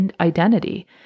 identity